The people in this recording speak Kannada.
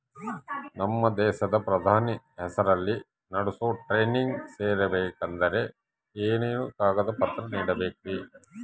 ನಮ್ಮ ದೇಶದ ಪ್ರಧಾನಿ ಹೆಸರಲ್ಲಿ ನಡೆಸೋ ಟ್ರೈನಿಂಗ್ ಸೇರಬೇಕಂದರೆ ಏನೇನು ಕಾಗದ ಪತ್ರ ನೇಡಬೇಕ್ರಿ?